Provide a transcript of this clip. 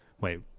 wait